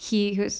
he whose